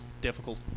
difficult